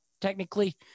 technically